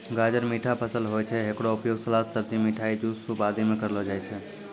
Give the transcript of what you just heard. गाजर मीठा फसल होय छै, हेकरो उपयोग सलाद, सब्जी, मिठाई, जूस, सूप आदि मॅ करलो जाय छै